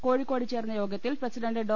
കോഴിക്കോട്ട് ചേർന്ന യോഗത്തിൽ പ്രസിഡണ്ട് ഡോ